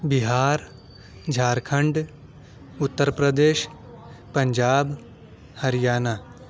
Bihar Jharkhand Uttar Pradesh Punjab Haryana